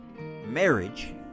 Marriage